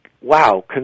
wow